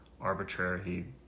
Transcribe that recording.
arbitrary